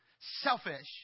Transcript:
selfish